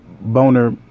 boner